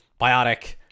Biotic